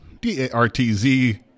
D-A-R-T-Z